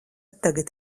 tagad